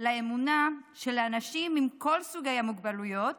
לאמונה שלאנשים עם כל סוגי המוגבלויות